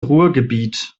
ruhrgebiet